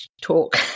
talk